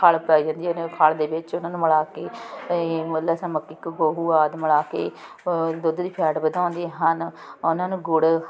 ਖਲ ਪੈ ਜਾਂਦੀ ਹੈ ਖਲ ਦੇ ਵਿੱਚ ਮਿਲਾ ਕੇ ਆਦਿ ਮਿਲਾ ਕੇ ਦੁੱਧ ਦੀ ਫੈਟ ਵਧਾਉਂਦੇ ਹਨ ਉਹਨਾਂ ਨੂੰ ਗੁੜ